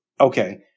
Okay